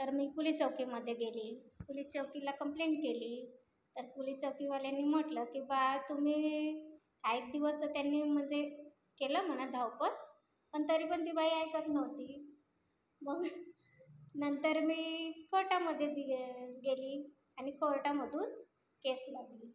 तर मी पुलिस चौकीमध्ये गेले पुलिस चौकीला कम्प्लेंट केली तर पुलिस चौकीवाल्यानी म्हटलं की बुवा तुम्ही ऐट दिवस तर त्यांनी मध्ये केलं म्हणा धावपळ पण तरी पण ती बाई ऐकत नव्हती मग नंतर मी कोर्टामध्ये दिले गेली आणि कोर्टामधून केस लावली